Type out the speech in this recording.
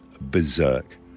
berserk